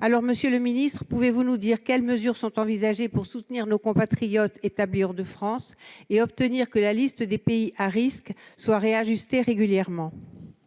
Alors, monsieur le ministre, pouvez-vous nous dire quelles mesures sont envisagées pour soutenir nos compatriotes établis hors de France et obtenir que la liste des pays à risques soit réajustée régulièrement ?